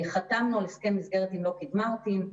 על הסכם מסגרת עם לוקהיד-מרטין,